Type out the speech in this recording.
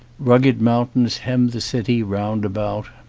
rugged mountains hem the city round about.